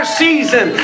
season